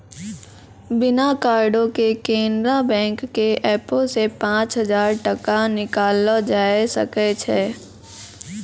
बिना कार्डो के केनरा बैंक के एपो से पांच हजार टका निकाललो जाय सकै छै